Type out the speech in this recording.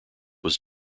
was